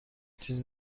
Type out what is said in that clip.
چیزی